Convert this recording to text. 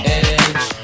edge